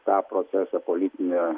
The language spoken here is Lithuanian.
tą procesą politinį